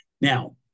Now